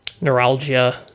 neuralgia